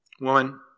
Woman